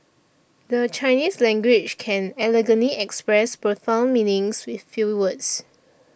the Chinese language can elegantly express profound meanings with few words